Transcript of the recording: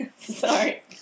Sorry